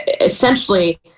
essentially